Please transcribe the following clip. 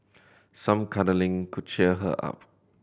some cuddling could cheer her up